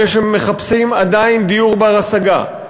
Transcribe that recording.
אלה שמחפשים עדיין דיור בר-השגה,